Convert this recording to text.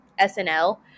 SNL